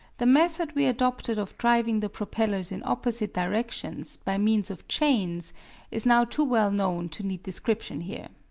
the method we adopted of driving the propellers in opposite directions by means of chains is now too well known to need description here.